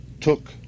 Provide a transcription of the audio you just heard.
took